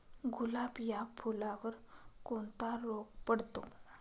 गुलाब या फुलावर कोणता रोग पडतो?